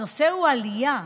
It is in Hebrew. הנושא הוא עלייה,